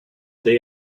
they